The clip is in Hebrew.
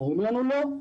אומרים לנו: לא.